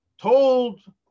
told